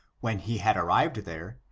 when he had arrived there,